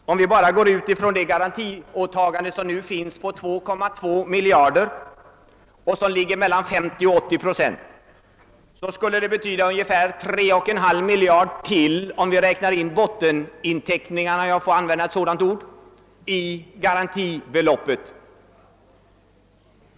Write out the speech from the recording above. Utgår vi från det nuvarande garantiåtagandet på 2,2 miljarder kronor, betyder det ytterligare ungefär 3,5 miljarder kronor om vi medräknar botteninteckningarna — om jag får använda det ordet — i garantibeloppet.